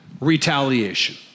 retaliation